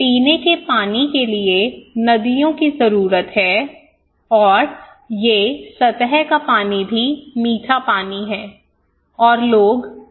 पीने के पानी के लिए नदियों की जरूरत है और ये सतह का पानी भी मीठा पानी है और लोग उसी पर निर्भर हैं